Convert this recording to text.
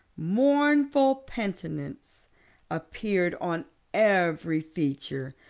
mournful penitence appeared on every feature.